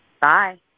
Bye